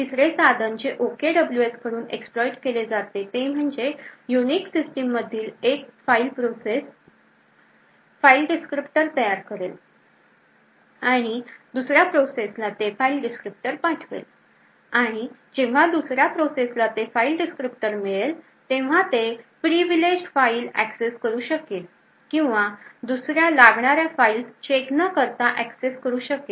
तिसरे साधन जे OKWS कडून exploit केले जाते ते म्हणजे युनिक सिस्टिम मधील एक प्रोसेस file descriptor तयार करेल आणि दुसऱ्या प्रोसेसला ते file descriptor पाठवेल आणि जेव्हा दुसऱ्या प्रोसेसला ते file descriptor मिळेल तेव्हा ते previleged file ऍक्सेस करू शकेल किंवा दुसऱ्या लागणाऱ्या files चेक न करता ऍक्सेस करू शकेल